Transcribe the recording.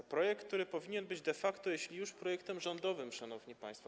To projekt, który powinien być de facto, jeśli już, projektem rządowym, szanowni państwo.